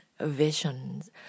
visions